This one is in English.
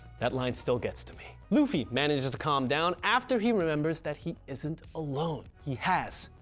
that line still gets to me, luffy manages to calm down after he remembers that he isn't alone, he has,